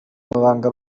mabanga